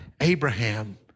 Abraham